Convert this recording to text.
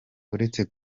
uretse